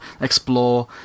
explore